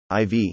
IV